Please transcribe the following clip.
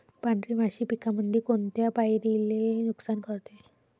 पांढरी माशी पिकामंदी कोनत्या पायरीले नुकसान करते?